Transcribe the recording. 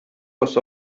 los